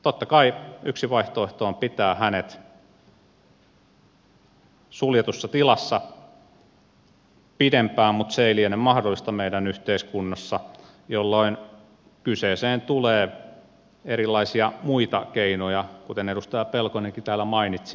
totta kai yksi vaihtoehto on pitää hänet suljetussa tilassa pidempään mutta se ei liene mahdollista meidän yhteiskunnassamme jolloin kyseeseen tulee erilaisia muita keinoja kuten edustaja pelkonenkin täällä mainitsi